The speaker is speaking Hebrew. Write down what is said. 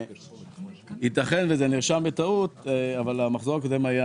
לכן ייתכן וזה נרשם בטעות אבל המחזור הקודם היה